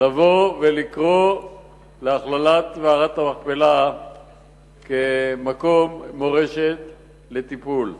לבוא ולקרוא להכללת מערת המכפלה כאתר מורשת לטיפול.